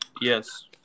Yes